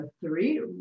three